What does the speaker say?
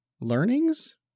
learnings